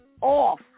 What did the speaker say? off